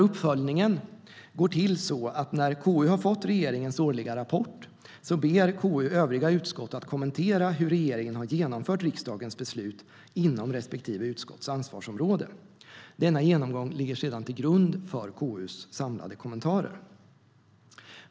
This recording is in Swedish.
Uppföljningen går till så att när KU har fått regeringens årliga rapport ber KU övriga utskott att kommentera hur regeringen har genomfört riksdagens beslut inom respektive utskotts ansvarsområde. Denna genomgång ligger sedan till grund för KU:s samlade kommentarer.